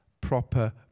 proper